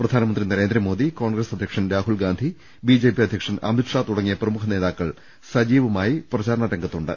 പ്രധാന മന്ത്രി നരേന്ദ്രമോദി കോൺഗ്രസ് അധ്യക്ഷൻ Rahul Gandhi B J P അധ്യ ക്ഷൻ അമിത് ഷാ തുടങ്ങിയ പ്രമുഖ നേതാക്കൾ സജീവമായി പ്രചാരണ രംഗത്തു ണ്ട്